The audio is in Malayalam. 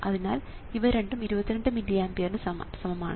അതിനാൽ ഇവ രണ്ടും 22 മില്ലി ആമ്പിയറിന് സമമാണ്